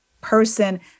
person